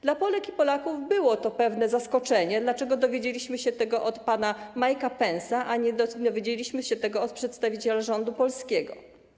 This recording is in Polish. Dla Polek i Polaków było to pewne zaskoczenie, dlaczego dowiedzieliśmy się tego od pana Mike’a Pence’a, a nie dowiedzieliśmy się tego od przedstawiciela rządu polskiego.